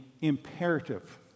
imperative